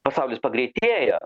pasaulis pagreitėjo